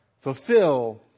fulfill